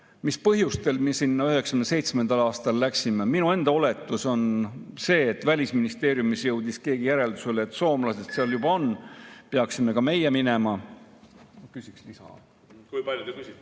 mis põhjustel me sinna 1997. aastal läksime. Minu enda oletus on see, et Välisministeeriumis jõudis keegi järeldusele, et kuna soomlased seal juba on, siis peaksime ka meie minema. Küsin lisaaega.